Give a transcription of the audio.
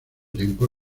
tiempo